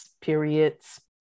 periods